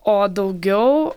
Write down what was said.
o daugiau